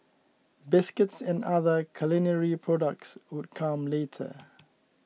biscuits and other culinary products would come later